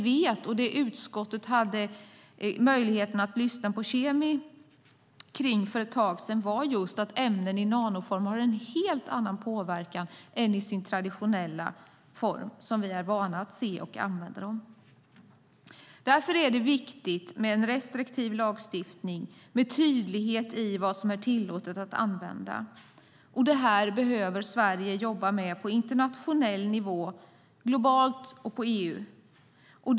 Det vi vet - utskottet hade för ett tag sedan möjlighet lyssna på KemI - var just att ämnen i nanoform har en helt annan påverkan än i den traditionella form som vi är vana vid att se och använda dem. Därför är det viktigt med en restriktiv lagstiftning och med tydlighet om vad som är tillåtet att använda. Detta behöver Sverige på internationell nivå, globalt och i EU, jobba med.